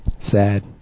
Sad